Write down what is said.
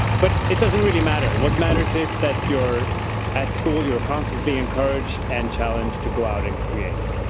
but it doesn't really matter. what matters is that you're at school, you're ah constantly encouraged and challenged to go out and create.